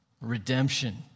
redemption